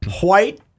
white